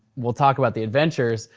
we'll talk about the adventures,